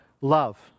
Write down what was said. love